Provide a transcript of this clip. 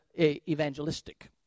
evangelistic